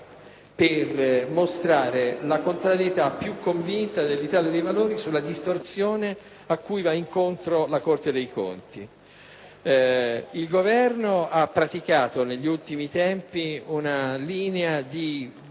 per sottolineare la contrarietà più convinta dell'Italia dei Valori alla distorsione a cui va incontro la Corte dei conti. Il Governo negli ultimi tempi ha